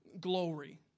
glory